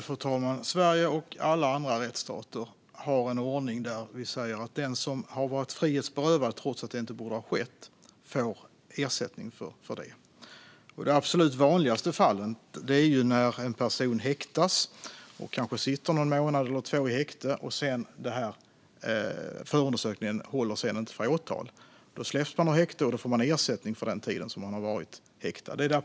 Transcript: Fru talman! Sverige och alla andra rättsstater har en ordning där den som har varit frihetsberövad trots att det inte borde ha skett får ersättning för det. Till de absolut vanligaste fallen hör att en person häktas och kanske sitter någon månad eller två i häkte men förundersökningen sedan inte håller för åtal. Då släpps man ur häkte och får ersättning för den tid man varit häktad.